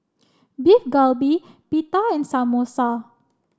Beef Galbi Pita and Samosa